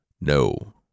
No